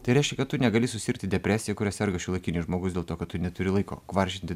tai reiškia kad tu negali susirgti depresija kuria serga šiuolaikinis žmogus dėl to kad tu neturi laiko kvaršinti